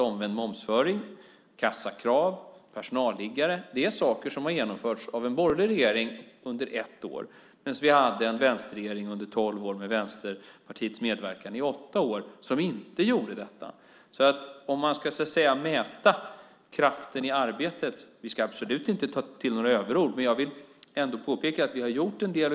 Omvänd momsföring, kassakrav och personalliggare är saker som har genomförts av en borgerlig regering under ett år, medan vi hade en vänsterregering under tolv år, med Vänsterpartiets medverkan i åtta år, som inte gjorde detta. Om man ska mäta kraften i arbetet - vi ska absolut inte ta till några överord - vill jag påpeka att vi har gjort en del.